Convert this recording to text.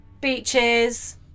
beaches